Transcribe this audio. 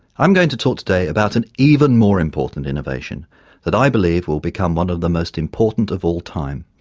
i am going to talk today about an even more important innovation that i believe will become one of the most important of all time.